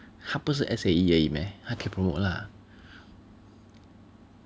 他不是 S_A_E 而已 meh 他可以 promote lah